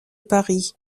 paris